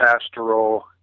pastoral